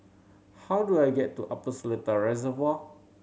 how do I get to Upper Seletar Reservoir